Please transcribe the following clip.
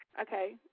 Okay